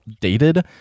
dated